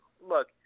look